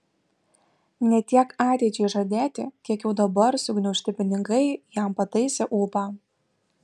ne tiek ateičiai žadėti kiek jau dabar sugniaužti pinigai jam pataisė ūpą